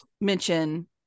mention